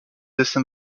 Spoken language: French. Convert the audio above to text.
dessin